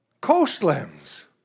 coastlands